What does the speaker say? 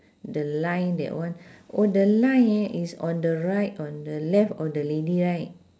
the line that one oh the line eh is on the right on the left of the lady right